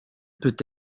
peut